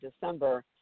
December